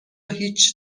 هیچ